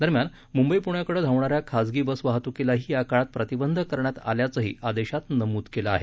दरम्यान म्ंबई प्ण्याकडे धावणाऱ्या खासगी बस वाहत्कीलाही या काळात प्रतिबंध करण्यात आल्याचंही आदेशात नमुद केलं आहे